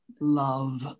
Love